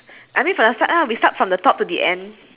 I mean from the start ah we start from the top to the end